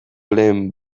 lehen